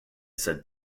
said